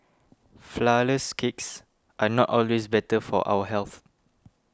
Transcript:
Flourless Cakes are not always better for our health